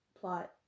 plot